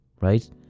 right